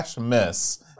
Miss